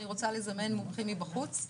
אני מבקשת